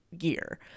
year